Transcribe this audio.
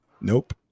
nope